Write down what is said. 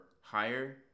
higher